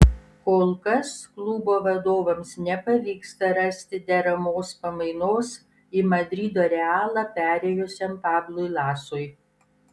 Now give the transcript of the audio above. kol kas klubo vadovams nepavyksta rasti deramos pamainos į madrido realą perėjusiam pablui lasui